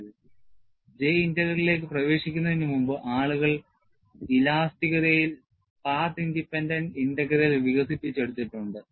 J ഇന്റഗ്രലിലേക്ക് പ്രവേശിക്കുന്നതിനുമുമ്പ് ആളുകൾ ഇലാസ്തികതയിൽ പാത്ത് ഇൻഡിപെൻഡന്റ് ഇന്റഗ്രലുകൾ വികസിപ്പിച്ചെടുത്തിട്ടുണ്ട്